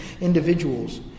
individuals